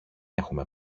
έχουμε